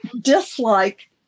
dislike